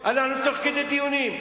הרי אנחנו תוך כדי דיון.